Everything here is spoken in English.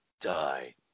die